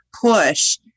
push